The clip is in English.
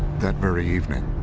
that very evening,